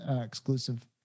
exclusive